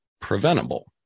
preventable